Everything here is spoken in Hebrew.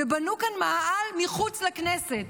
והם בנו כאן מאהל מחוץ לכנסת,